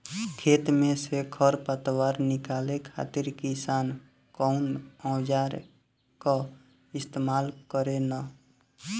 खेत में से खर पतवार निकाले खातिर किसान कउना औजार क इस्तेमाल करे न?